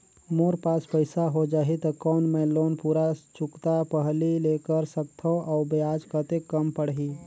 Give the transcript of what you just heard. मोर पास पईसा हो जाही त कौन मैं लोन पूरा चुकता पहली ले कर सकथव अउ ब्याज कतेक कम पड़ही?